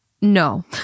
no